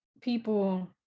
people